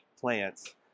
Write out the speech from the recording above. plants